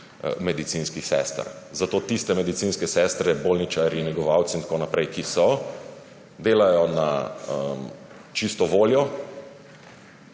medicinskih sester. Zato tiste medicinske sestre, bolničarji, negovalci, ki so, delajo na čisto voljo